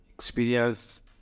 experience